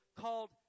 called